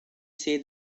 say